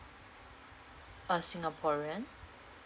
ah singaporean